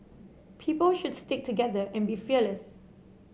people should stick together and be fearless